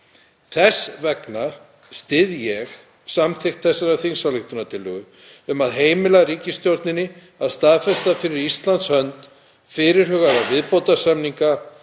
Þess vegna styð ég samþykkt þessarar þingsályktunartillögu um að heimila ríkisstjórninni að staðfesta fyrir Íslands hönd fyrirhugaða viðbótarsamninga